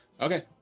Okay